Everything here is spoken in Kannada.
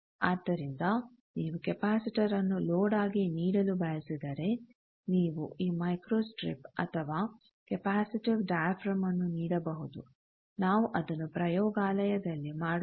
ಆದ್ದರಿಂದ ನೀವು ಕೆಪಾಸಿಟರ್ ನ್ನು ಲೋಡ್ ಆಗಿ ನೀಡಲು ಬಯಸಿದರೆ ನೀವು ಈ ಮೈಕ್ರೋಸ್ಟ್ರಿಪ್ ಅಥವಾ ಕೆಪಾಸಿಟಿವ್ ಡಯಾಫ್ರಾಮ್ ನ್ನು ನೀಡಬಹುದು ನಾವು ಅದನ್ನು ಪ್ರಯೋಗಾಲಯದಲ್ಲಿ ಮಾಡುತ್ತೇವೆ